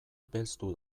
belztu